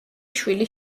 შვილი